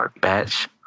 Batch